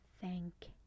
thank